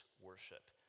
worship